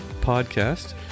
podcast